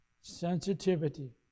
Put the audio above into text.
Sensitivity